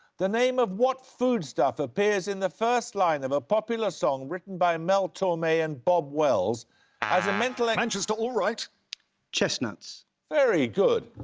the name of what foodstuff appears in the first line of a popular song written by mel torme and bob wells as a? buzzer like manchester, allwright. chestnuts. very good.